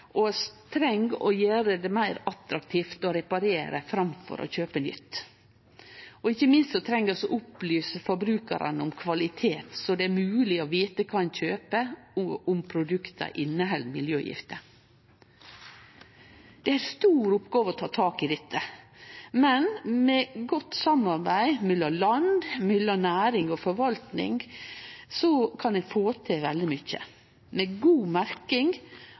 og vi treng å gjere det meir attraktivt å reparere framfor å kjøpe nytt. Ikkje minst treng vi å opplyse forbrukarane om kvalitet så det er mogleg å vite kva ein kjøper, og om produkta inneheld miljøgifter. Det er ei stor oppgåve å ta tak i dette, men med godt samarbeid mellom land, mellom næring og forvalting kan ein få til veldig mykje. God merking